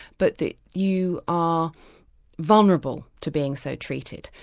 but that you are vulnerable to being so treated.